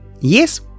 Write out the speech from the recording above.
Yes